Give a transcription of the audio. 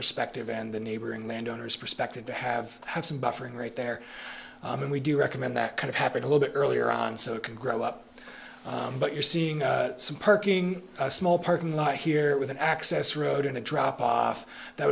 perspective and the neighboring landowners perspective to have had some buffering right there and we do recommend that kind of happened a little bit earlier on so it can grow up but you're seeing some perking small parking lot here with an access road and a drop off that